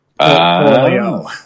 portfolio